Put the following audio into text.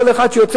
כל אחד יוצא